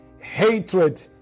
hatred